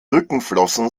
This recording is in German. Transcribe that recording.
rückenflossen